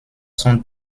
son